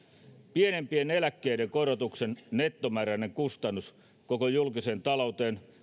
pienimpien eläkkeiden korotuksen nettomääräinen kustannus koko julkiseen talouteen on